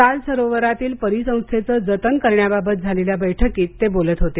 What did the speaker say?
दाल सरोवरातील परिसंस्थेचं जतन करण्या बाबत झालेल्या बैठकीत ते बोलत होते